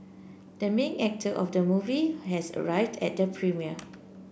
the main actor of the movie has arrived at the premiere